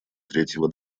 третьего